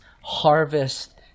harvest